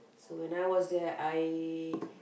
so when I was there I